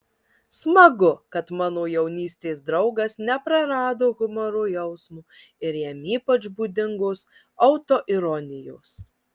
smagu kad mano jaunystės draugas neprarado humoro jausmo ir jam ypač būdingos autoironijos